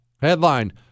Headline